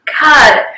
God